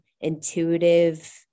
intuitive